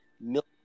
milk